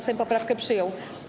Sejm poprawkę przyjął.